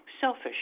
selfish